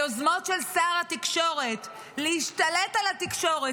היוזמות של שר התקשורת להשתלט על התקשורת